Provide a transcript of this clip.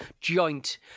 Joint